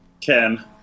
Ken